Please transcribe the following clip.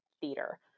theater